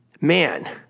man